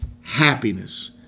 happiness